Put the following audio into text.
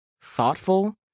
thoughtful